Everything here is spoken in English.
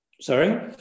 Sorry